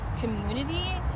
community